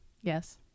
Yes